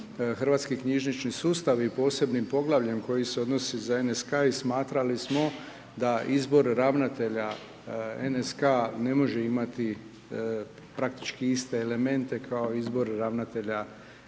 hrvatski knjižnični sustav i posebnim poglavljem koji se odnosi NSK i smatrali smo da izbor ravnatelja NSK ne može imati praktički iste elemente kao izbor ravnatelja